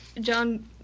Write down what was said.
John